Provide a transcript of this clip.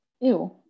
ew